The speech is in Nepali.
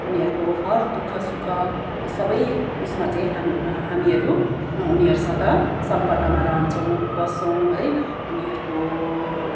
उनीहरूको हर दुःख सुख सबै उसमा चाहिँ हामी हामीहरू उनीहरूसित सम्पर्कमा रहन्छौँ बस्छौँ है उनीहरूको